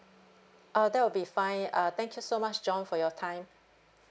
uh that will be fine uh thank you so much john for your time